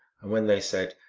and when they said,